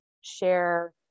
share